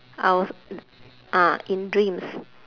I was ah in dreams